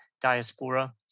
diaspora